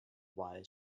wise